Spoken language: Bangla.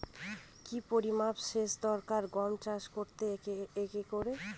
কি পরিমান সেচ দরকার গম চাষ করতে একরে?